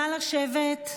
נא לשבת.